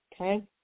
Okay